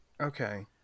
okay